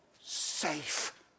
safe